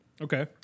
Okay